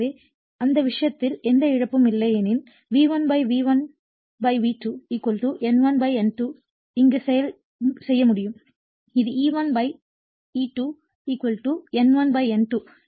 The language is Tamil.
எனவே அந்த விஷயத்தில் எந்த இழப்பும் இல்லை எனில்V1 V1 V2 N1 N2 ஐ இங்கு செய்ய முடியும் இது E1 E2 N1 N2